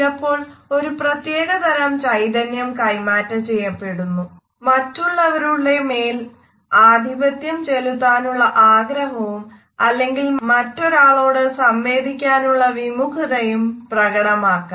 ചിലപ്പോൾ ഒരു പ്ര്യത്യേക തരം ചൈതന്യം കൈമാറ്റം ചെയ്യപ്പെടുന്നു മറ്റുള്ളവരുടെ മേൽ ആധിപത്യം ചെലുത്താനുള്ള ആഗ്രഹവും അല്ലെങ്കിൽ മറ്റൊരാളോട് സംവദിക്കാനുള്ള വിമുഖതയും പ്രകടമാക്കാം